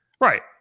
Right